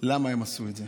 למה הם עשו את זה,